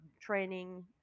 training